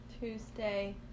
Tuesday